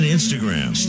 Instagram